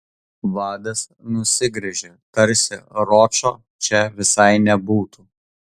vadas nusigręžė tarsi ročo čia visai nebūtų